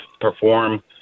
perform